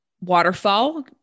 waterfall